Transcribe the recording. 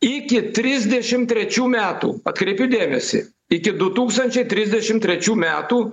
iki trisdešimt trečių metų atkreipiu dėmesį iki du tūkstančiai trisdešimt trečių metų